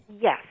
Yes